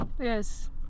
yes